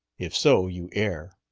if so, you err.